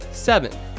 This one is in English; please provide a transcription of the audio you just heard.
Seven